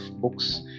books